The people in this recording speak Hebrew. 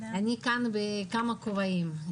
אני כאן בכמה כובעים,